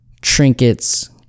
Trinkets